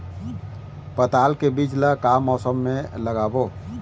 पताल के बीज ला का मौसम मे लगाबो?